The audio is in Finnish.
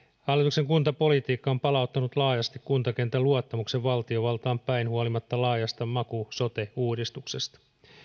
hallituksen kuntapolitiikka on palauttanut laajasti kuntakentän luottamuksen valtiovaltaan päin huolimatta laajasta maku sote uudistuksesta